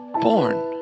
born